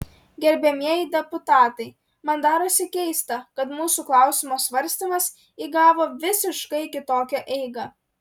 gerbiamieji deputatai man darosi keista kad mūsų klausimo svarstymas įgavo visiškai kitokią eigą